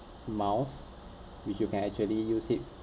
miles which you can actually use it